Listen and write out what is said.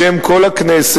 בשם כל הכנסת,